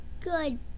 Good